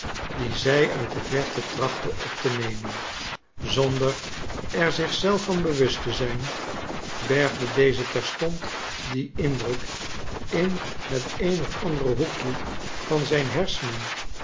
dien zij uit de verte trachtte op te nemen zonder er zich zelf van bewust te zijn bergde deze terstond dien indruk in het een of andere hoekje van zijn hersenen